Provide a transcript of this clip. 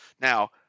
Now